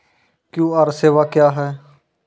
QR सेवा क्या हैं?